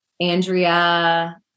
Andrea